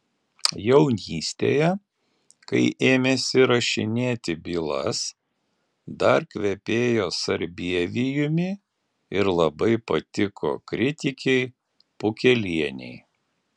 jaunystėje kai ėmėsi rašinėti bylas dar kvepėjo sarbievijumi ir labai patiko kritikei pukelienei